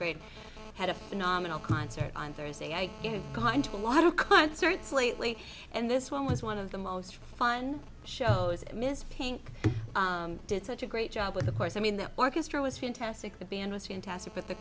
grade had a phenomenal concert on thursday i have gone to a lot of concerts lately and this one was one of the most fun shows and this pink did such a great job with the course i mean the orchestra was fantastic the band was fantastic but the